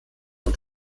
und